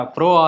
Pro